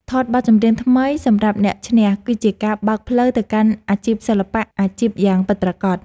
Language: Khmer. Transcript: ថតបទចម្រៀងថ្មីសម្រាប់អ្នកឈ្នះគឺជាការបើកផ្លូវទៅកាន់អាជីពសិល្បៈអាជីពយ៉ាងពិតប្រាកដ។